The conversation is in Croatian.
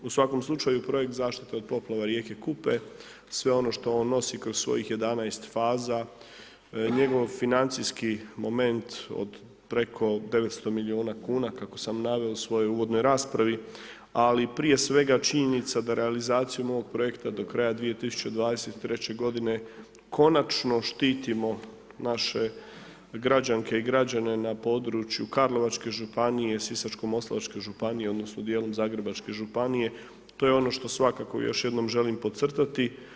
U svakom slučaju Projekt zaštite od poplava rijeke Kupe, sve ono što on nosi kroz svojih 11 faza, njegov financijski moment od preko 900 miliona kuna kako sam naveo u svojoj uvodnoj raspravi, ali prije svega činjenica da realizacijom ovog projekta do kraja 2023. godine konačno štitimo naše građanke i građane na području Karlovačke županije, Sisačko-moslavačke županije odnosno dijelom Zagrebačke županije to je ono što svakako još jednom želim podcrtati.